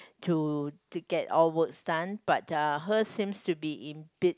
to to get all works done but uh hers seems to be in bits